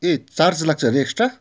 ए charge लाग्छ हरे extra